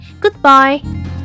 Goodbye